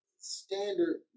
standard